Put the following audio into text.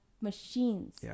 machines